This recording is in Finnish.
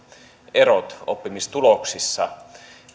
erot oppimistuloksissa